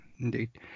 indeed